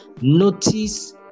notice